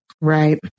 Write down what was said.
Right